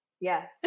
Yes